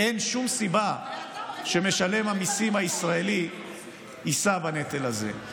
אין שום סיבה שמשלם המיסים הישראלי יישא בנטל הזה.